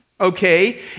okay